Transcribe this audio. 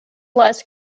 less